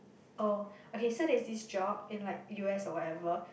oh okay so there is this job in like U_S or whatever